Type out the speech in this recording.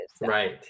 Right